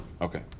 Okay